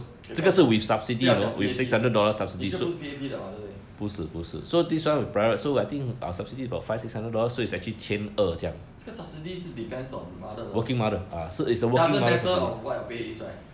ca~ sa~ 不要讲 P_A_P 你这个不是 P_A_P 的 [what] 对不对这个 subsidies 是 depends on mother 的 doesn't matter of what the pay is right